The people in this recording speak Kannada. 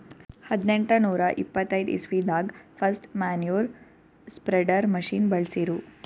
ಹದ್ನೆಂಟನೂರಾ ಎಪ್ಪತೈದ್ ಇಸ್ವಿದಾಗ್ ಫಸ್ಟ್ ಮ್ಯಾನ್ಯೂರ್ ಸ್ಪ್ರೆಡರ್ ಮಷಿನ್ ಬಳ್ಸಿರು